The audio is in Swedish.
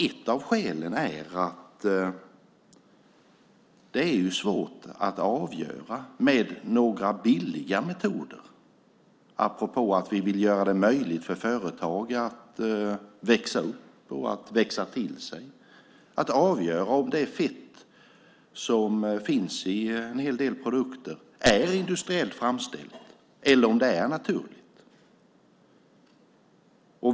Ett av skälen är att det är svårt att med billiga metoder - apropå att vi vill göra det möjligt för företag att växa upp och växa till sig - avgöra om det fett som finns i en hel del produkter är industriellt framställt eller naturligt.